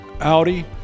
Audi